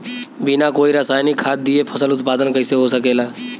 बिना कोई रसायनिक खाद दिए फसल उत्पादन कइसे हो सकेला?